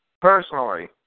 Personally